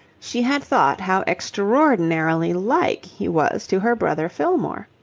she had thought how extraordinarily like he was to her brother fillmore.